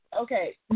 okay